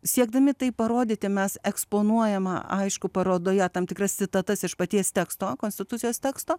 siekdami tai parodyti mes eksponuojama aišku parodoje tam tikras citatas iš paties teksto konstitucijos teksto